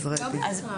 גזרי דין.